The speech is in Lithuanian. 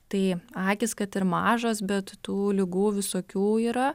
tai akys kad ir mažos bet tų ligų visokių yra